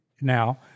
now